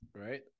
right